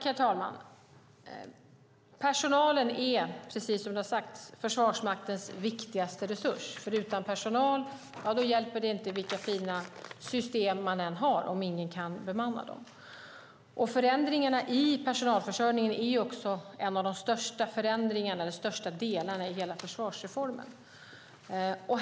Herr talman! Precis som det har sagts är personalen Försvarsmaktens viktigaste resurs. Utan personal hjälper det inte vilka fina system man än har - om ingen kan bemanna dem. Förändringarna i personalförsörjningen är också en av de största förändringarna och en av de största delarna i hela försvarsreformen.